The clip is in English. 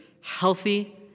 healthy